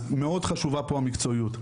מאוד חשובה פה המקצועיות,